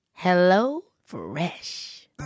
HelloFresh